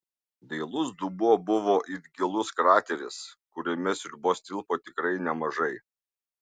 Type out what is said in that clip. dailus dubuo buvo it gilus krateris kuriame sriubos tilpo tikrai nemažai